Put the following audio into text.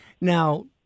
Now